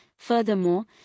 Furthermore